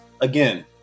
again